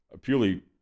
purely